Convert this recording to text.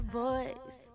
boys